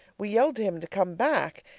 we yelled to him to come back.